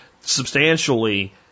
substantially